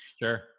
Sure